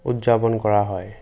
উদযাপন কৰা হয়